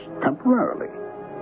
temporarily